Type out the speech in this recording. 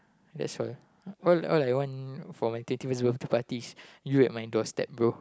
that's all all all I want for my twenty first party is you at my doorstep bro